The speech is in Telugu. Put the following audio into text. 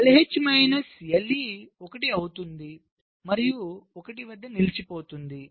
కాబట్టి LH మైనస్ LE 1 అవుతుంది మరియు 1 వద్ద నిలిచిపోతుంది